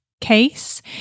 case